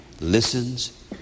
Listens